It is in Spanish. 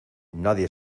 nadie